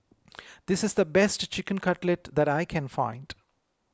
this is the best Chicken Cutlet that I can find